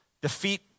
defeat